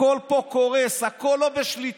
הכול פה קורס, הכול לא בשליטה.